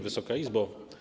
Wysoka Izbo!